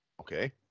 Okay